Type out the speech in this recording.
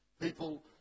People